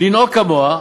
לנהוג כמוה,